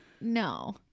No